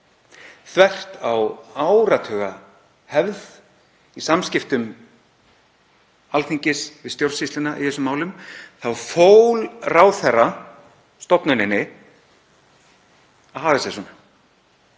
Þvert á áratugahefð í samskiptum Alþingis við stjórnsýsluna í þessum málum fól ráðherra stofnuninni að haga sér